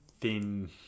thin